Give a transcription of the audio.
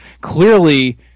clearly